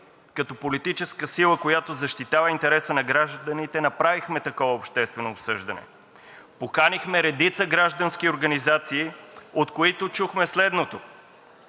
като политическа сила, която защитава интереса на гражданите, направихме такова обществено обсъждане. Поканихме редица граждански организации, от които чухме следното: